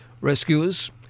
Rescuers